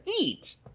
eat